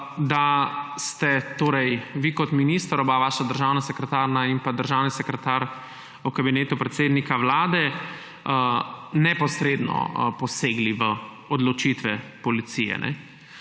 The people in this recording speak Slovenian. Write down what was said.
da ste vi kot minister, oba vaša državna sekretarja in državni sekretar v Kabinetu predsednika Vlade neposredno posegli v odločitve policije.